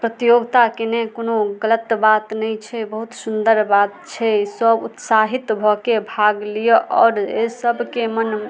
प्रतियोगिता केने कोनो गलत बात नहि छै बहुत सुन्दर बात छै सब उत्साहित भऽ के भाग लियऽ आओर एहि सभके मन